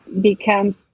become